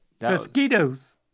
mosquitoes